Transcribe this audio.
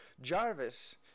Jarvis